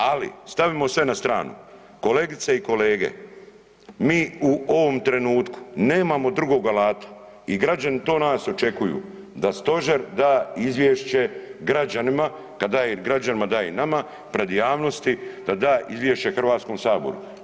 Ali stavimo sve na stranu, kolegice i kolege mi u ovom trenutku nemamo drugo alata i građani to od nas očekuju da stožer da izvješće građanima, kad daje građanima daje i nama, pred javnosti da da izvješće Hrvatskom saboru.